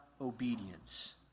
obedience